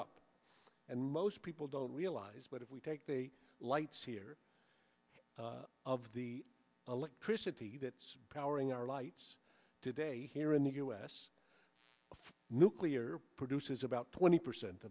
up and most people don't realize but if we take the lights here of the electricity that's powering our lights today here in the u s for nuclear produces about twenty percent